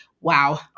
Wow